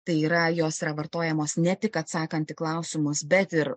tai yra jos yra vartojamos ne tik atsakant į klausimus bet ir